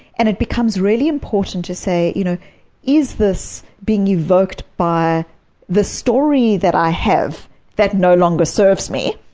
and it becomes really important to say, you know is this being evoked by the story that i have that no longer serves me,